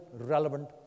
relevant